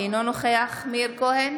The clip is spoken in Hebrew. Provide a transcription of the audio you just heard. אינו נוכח מאיר כהן,